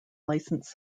licensed